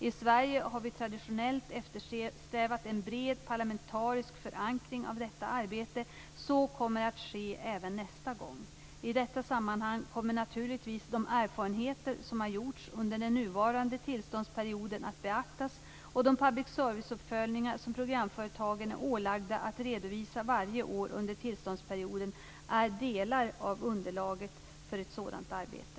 I Sverige har vi traditionellt eftersträvat en bred parlamentarisk förankring av detta arbete. Så kommer att ske även nästa gång. I detta sammanhang kommer naturligtvis de erfarenheter som har gjorts under den nuvarande tillståndsperioden att beaktas. De public service-uppföljningar som programföretagen är ålagda att redovisa varje år under tillståndsperioden är delar av underlaget för ett sådant arbete.